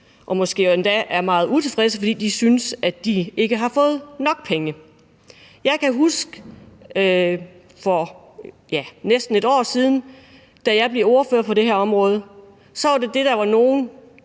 som måske endda er meget utilfredse, fordi de synes, at de ikke har fået nok penge. Jeg kan huske, at der for næsten et år siden, da jeg blev ordfører for det her område, var nogen, som sagde